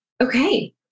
Okay